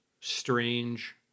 strange